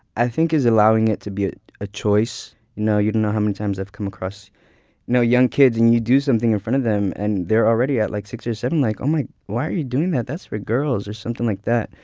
i think, is allowing it to be a ah choice. you don't know how many times i've come across young kids, and you do something in front of them and they're already at like six or seven like um like why are you doing that? that's for girls. or something like that.